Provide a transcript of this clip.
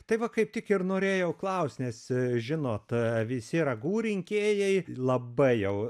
tai va kaip tik ir norėjau klaust nes žinot visi ragų rinkėjai labai jau